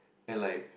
and like